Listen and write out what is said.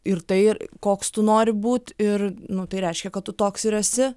ir tai koks tu nori būt ir nu tai reiškia kad tu toks ir esi